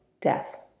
death